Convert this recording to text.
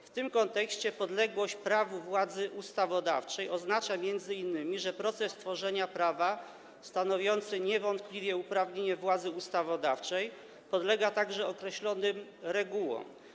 W tym kontekście podległość prawu władzy ustawodawczej oznacza m.in., że proces tworzenia prawa, stanowiący niewątpliwie uprawnienie władzy ustawodawczej, podlega także określonym regułom.